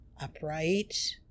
upright